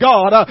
God